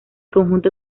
conjunto